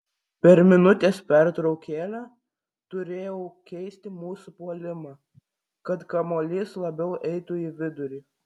per minutės pertraukėlę turėjau keisti mūsų puolimą kad kamuolys labiau eitų į vidurį